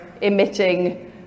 emitting